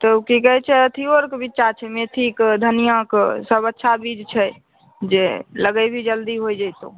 तब की कहै छै अथीओ आरके बीच्चा छै मेथीके धनिआके सब अच्छा बीज छै जे लगेबीही जल्दी होइ जैतौ